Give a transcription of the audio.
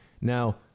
Now